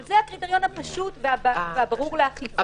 אבל זה הקריטריון הפשוט והברור לאכיפה.